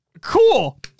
Cool